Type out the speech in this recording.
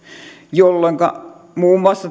jolloinka muun muassa